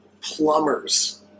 Plumbers